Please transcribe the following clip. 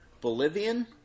Bolivian